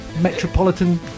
metropolitan